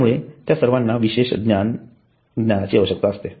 त्यामुळे त्या सर्वांना विशेष ज्ञान आवश्यकता असते